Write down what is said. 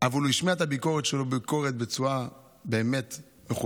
אבל הוא השמיע את הביקורת שלו בצורה באמת מכובדת,